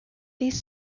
these